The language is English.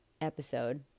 episode